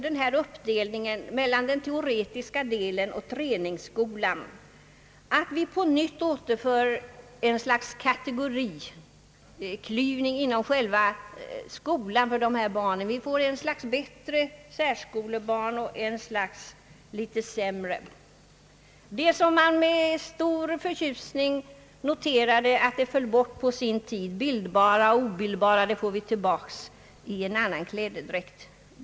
Denna uppdelning mellan den teoretiska undervisningen och träningsskolan innebär också att vi på nytt inför ett slags kategoriklyvning inom själva skolan för dessa barn. Vi får ett slags bättre särskolebarn och ett slags litet sämre. Med stor förtjusning noterade man på sin tid att begreppen bildbara och obildbara föll bort, men vi får dem tillbaka i annan klädedräkt.